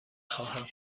خواهم